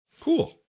Cool